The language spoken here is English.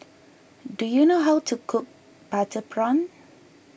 do you know how to cook Butter Prawn